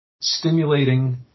Stimulating